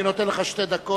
אני נותן לך שתי דקות,